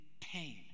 pain